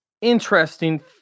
interesting